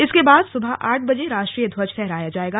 इसके बाद सुबह आठ बजे राष्ट्रीय ध्वज फहराया जायेगा